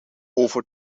over